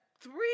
three